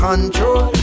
Control